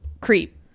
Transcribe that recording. creep